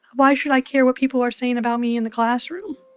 why should i care what people are saying about me in the classroom?